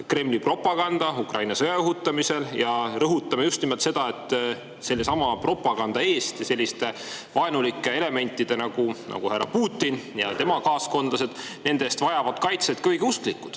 Kremli propaganda Ukraina sõja õhutamisel ja rõhutame just nimelt seda, et sellesama propaganda eest ja vaenulike elementide eest, nagu härra Putin ja tema kaaskondlased, vajavad kaitset ka õigeusklikud